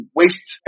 waste